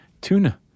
tuna